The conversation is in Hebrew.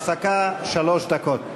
הפסקה שלוש דקות.